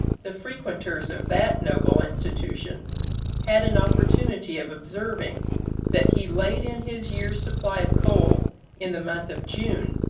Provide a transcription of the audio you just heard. the frequenters of that noble institution had an opportunity of observing that he laid in his year's supply of coal in the month of june,